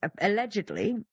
Allegedly